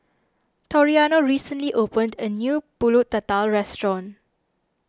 Toriano recently opened a new Pulut Tatal restaurant